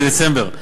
בדצמבר,